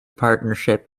partnership